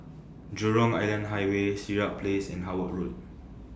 Jurong Island Highway Sirat Place and Howard Road